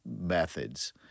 methods